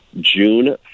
June